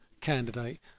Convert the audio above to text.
candidate